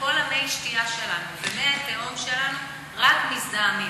כל מי השתייה שלנו ומי התהום שלנו רק מזדהמים.